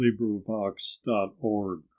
LibriVox.org